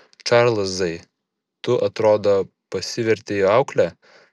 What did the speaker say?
čarlzai tu atrodo pasivertei aukle